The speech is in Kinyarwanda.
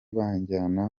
banjyana